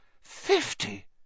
Fifty